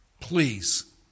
Please